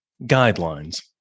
guidelines